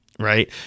right